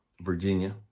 Virginia